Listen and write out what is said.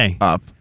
up